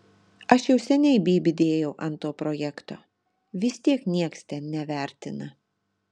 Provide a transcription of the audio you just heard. aš jau seniai bybį dėjau ant to projekto vis tiek nieks ten nevertina